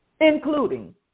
including